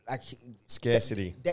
Scarcity